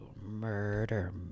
murder